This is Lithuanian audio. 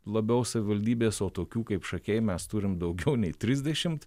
labiau savivaldybės o tokių kaip šakiai mes turim daugiau nei trisdešimt